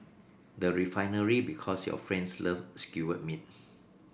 the Refinery Because your friends love skewered meat